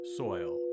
soil